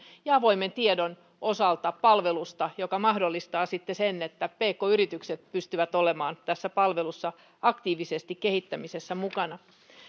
ja avoimen tiedon osalta tästä palvelusta joka mahdollistaa sitten sen että pk yritykset pystyvät olemaan tässä palvelussa aktiivisesti kehittämisessä mukana